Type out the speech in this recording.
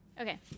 Okay